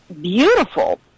beautiful